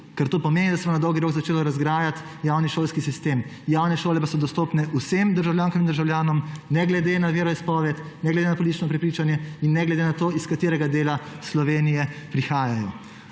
ker to pomeni, da se bo na dolgi rok začelo razgrajevati javni šolski sistem. Javne šole pa so dostopne vsem državljankam in državljanom ne glede na veroizpoved, ne glede na politično prepričanje in ne glede na to, iz katerega dela Slovenije prihajajo.